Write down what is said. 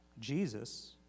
Jesus